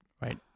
right